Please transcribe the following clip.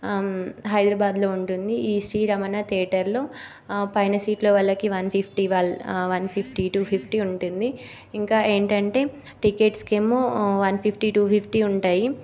హైదరాబాద్లో ఉంటుంది ఈ శ్రీ రమణ థియేటర్లో పైన సీట్లో వాళ్ళకి వన్ ఫిఫ్టీ వాల్ వన్ ఫిఫ్టీ టూ ఫిఫ్టీ ఉంటుంది ఇంకా ఏంటంటే టికెట్స్కి ఏమో వన్ ఫిఫ్టీ టూ ఫిఫ్టీ ఉంటాయి